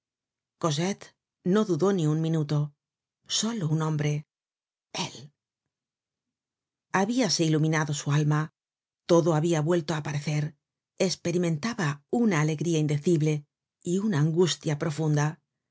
cosette no dudó ni un minuto solo un hombre él habíase iluminado su alma todo habia vuelto á aparecer esperimentaba una alegría indecible y una angustia profunda era